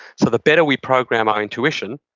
so, the better we program our intuition,